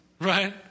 right